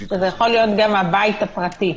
שזה יכול להיות גם הבית הפרטי,